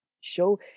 show